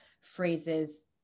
phrases